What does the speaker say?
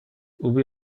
ubi